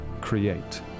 create